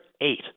eight